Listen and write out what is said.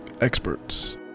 experts